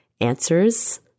answers